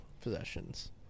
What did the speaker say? possessions